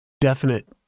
definite